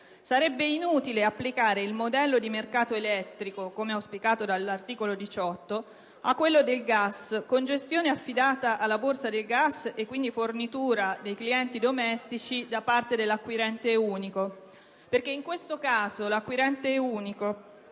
Sarebbe inutile applicare il modello di mercato elettrico, come auspicato dall'articolo 18, a quello del gas con gestione affidata alla borsa del gas e quindi fornitura dei clienti domestici da parte dell'acquirente unico perché, in questo caso, l'acquirente unico